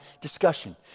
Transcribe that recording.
discussion